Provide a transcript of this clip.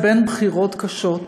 זה בין הבחירות הקשות.